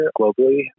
globally